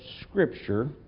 Scripture